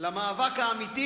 למאבק האמיתי